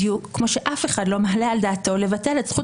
בדיוק כמו שאף אחד לא מעלה על דעתו לבטל את זכות